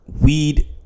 weed